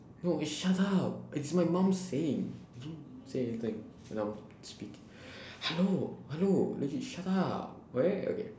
no wait shut up it's my mum's saying don't say anything when I'm speaking hello hello legit shut up alright okay